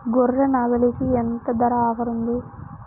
గొర్రె, నాగలికి ఎంత ధర ఆఫర్ ఉంది?